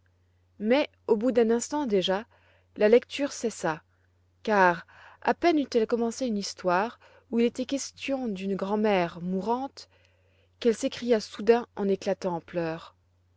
mais au bout d'un instant déjà la lecture cessa car à peine eut-elle commencé une histoire où il était question d'une grand'mère mourante qu'elle s'écria soudain en éclatant en pleurs